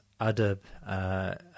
adab